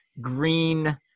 green